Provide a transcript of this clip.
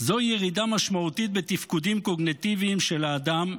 זו ירידה משמעותית בתפקודים קוגניטיביים של האדם,